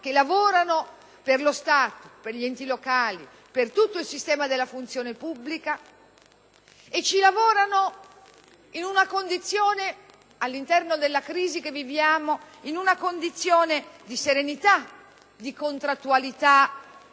che lavorano per lo Stato, per gli enti locali e per tutto il sistema della funzione pubblica, e lo fanno, all'interno della crisi che viviamo, in una condizione di serenità, di contrattualità